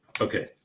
okay